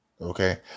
Okay